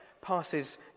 passes